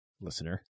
listener